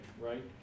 right